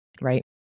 right